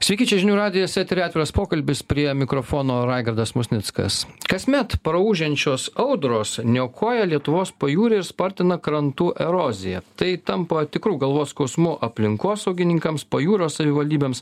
sveiki čia žinių radijas etery atviras pokalbis prie mikrofono raigardas musnickas kasmet praūžiančios audros niokoja lietuvos pajūrį ir spartina krantų eroziją tai tampa tikru galvos skausmu aplinkosaugininkams pajūrio savivaldybėms